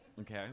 Okay